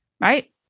right